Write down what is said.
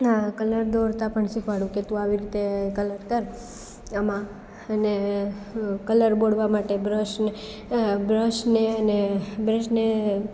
આ કલર દોરતા પણ શિખવાડું કે તું આવી રીતે કલર કર એમાં અને કલર બોળવા માટે બ્રશને એ બ્રશને અને બ્રશને